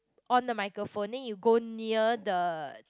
on the microphone then you go near the